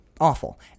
awful